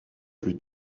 plus